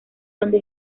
donde